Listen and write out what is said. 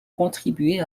contribué